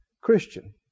Christian